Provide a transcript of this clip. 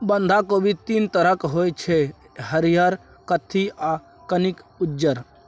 बंधा कोबी तीन तरहक होइ छै हरियर, कत्थी आ कनिक उज्जर